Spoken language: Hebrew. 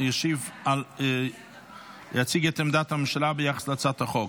יציג את עמדת הממשלה ביחס להצעת החוק.